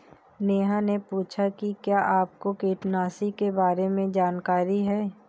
नेहा ने पूछा कि क्या आपको कीटनाशी के बारे में जानकारी है?